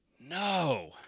no